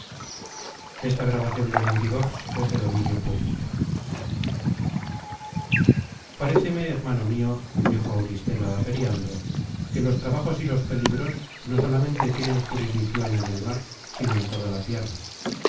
notable peligro paréceme hermano mio dijo auristela á periandro que los trabajos y los peligros no solamente tienen jurisdicion en el mar sino en toda la tierra